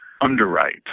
underwrite